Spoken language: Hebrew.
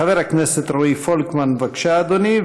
חבר הכנסת רועי פולקמן, בבקשה, אדוני.